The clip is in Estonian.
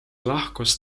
lahkus